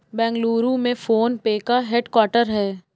बेंगलुरु में PhonePe का head quarter हैं